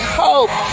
hope